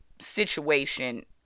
situation